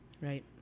right